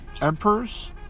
emperors